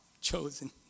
chosen